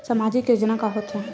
सामाजिक योजना का होथे?